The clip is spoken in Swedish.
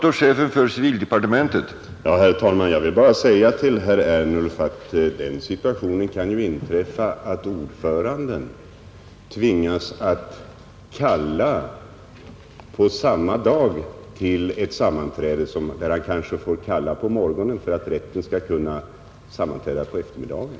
Herr talman! Jag vill bara säga till herr Ernulf att den situationen kan inträffa att ordföranden tvingas att kalla till ett sammanträde samma dag. Han får kanske kalla på morgonen för att rätten skall kunna sammanträda på eftermiddagen.